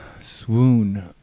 Swoon